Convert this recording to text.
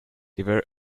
liver